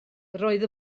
roedd